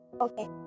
Okay